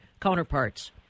counterparts